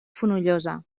fonollosa